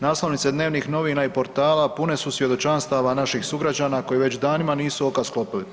Naslovnice dnevnih novina i portala pune su svjedočanstava naših sugrađana koji već danima nisu oka sklopili.